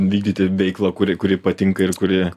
vykdyti veiklą kuri kuri patinka ir kuri